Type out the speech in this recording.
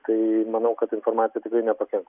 tai manau kad informacija tikrai nepakenks